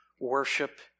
Worship